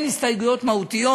אין הסתייגויות מהותיות.